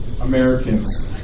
Americans